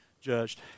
judged